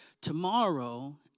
Tomorrow